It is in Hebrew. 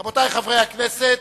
רבותי חברי הכנסת,